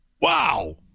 Wow